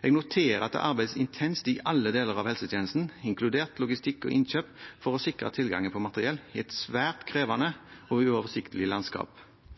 Jeg noterer meg at det arbeides intenst i alle deler av helsetjenesten, inkludert logistikk og innkjøp, for å sikre tilgangen på materiell i et svært krevende og uoversiktlig landskap.